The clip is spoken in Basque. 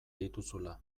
dituzula